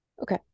okay